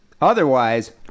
Otherwise